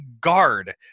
guard